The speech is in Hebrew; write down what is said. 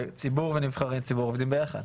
וציבור נבחרי ציבור עובדים ביחד,